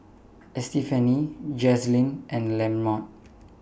Estefany Jazlyn and Lamont